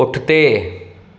पुठिते